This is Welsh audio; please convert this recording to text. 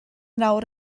nawr